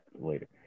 later